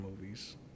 movies